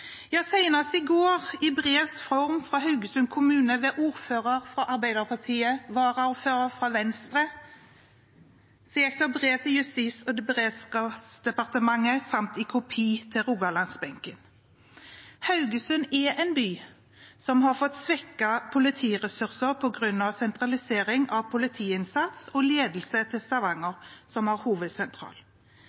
ja, senest i går i brevs form fra Haugesund kommune ved ordfører fra Arbeiderpartiet og varaordfører fra Venstre til Justis- og beredskapsdepartementet, samt kopi til Rogalandsbenken. Haugesund er en by som har fått svekkede politiressurser på grunn av sentralisering av politiinnsats og ledelse til Stavanger, som har